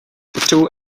potřebuju